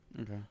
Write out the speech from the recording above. okay